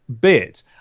bit